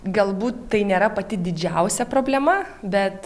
galbūt tai nėra pati didžiausia problema bet